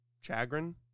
Chagrin